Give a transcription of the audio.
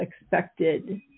expected